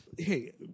hey